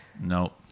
no